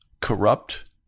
corrupt